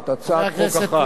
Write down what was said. נכבדי,